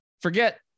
Forget